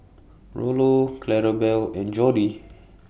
Rollo Clarabelle and Jordi